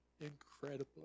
incredibly